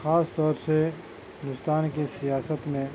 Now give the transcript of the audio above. خاص طور سے ہندوستان کی سیاست میں